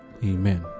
Amen